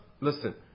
Listen